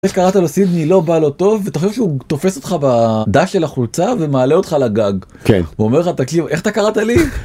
זה שקראת לו סידני, לא בא לו טוב, ואתה חושב שהוא תופס אותך בדש של החולצה ומעלה אותך לגג. כן. הוא אומר לך, תקשיב, איך אתה קראת לי?